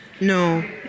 no